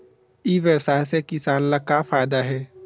ई व्यवसाय से किसान ला का फ़ायदा हे?